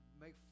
Make